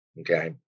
Okay